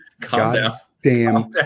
goddamn